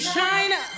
China